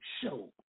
Show